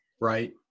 right